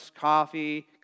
coffee